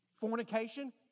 fornication